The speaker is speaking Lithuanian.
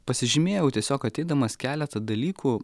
pasižymėjau tiesiog ateidamas keletą dalykų